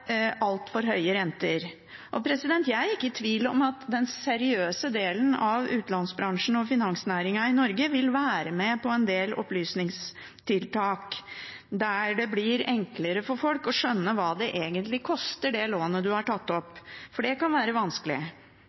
altfor høye renter. Jeg er ikke i tvil om at den seriøse delen av utlånsbransjen og finansnæringen i Norge vil være med på en del opplysningstiltak, så det blir enklere for folk å skjønne hva det lånet de har tatt opp, egentlig koster, for det kan være vanskelig.